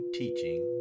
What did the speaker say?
teaching